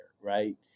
right